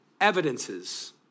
evidences